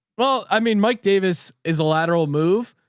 well, i mean, mike davis is a lateral move,